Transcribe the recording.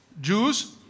Jews